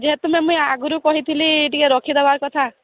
ଯେହେତୁ ମୁଁ ଆଗରୁ କହିଥିଲି ଟିକେ ରଖି ଦେବା କଥା